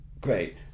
great